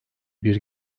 bir